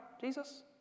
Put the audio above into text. Jesus